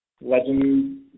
legend